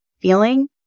feeling